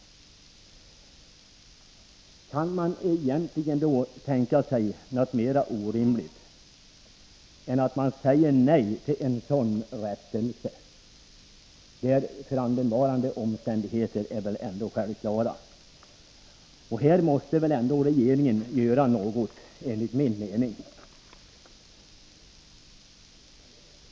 Kan man egentligen tänka sig något mera orimligt än att som finansministern säga nej till en rättelse då omständigheterna är så självklara? Här måste regeringen enligt min mening göra någonting.